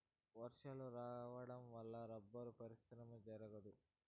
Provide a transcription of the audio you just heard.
వర్షాలు రావడం వల్ల రబ్బరు పరిశ్రమ జరగదు